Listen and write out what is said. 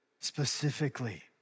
specifically